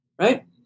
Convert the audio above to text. right